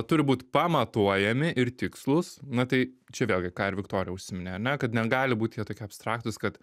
turi būt pamatuojami ir tikslūs na tai čia vėlgi ką ir viktorija užsiminė ar ne kad net gali būti jie tokie abstraktūs kad